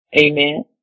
Amen